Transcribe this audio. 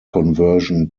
conversion